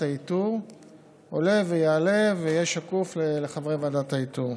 האיתור ויהיה שקוף לחברי ועדת האיתור.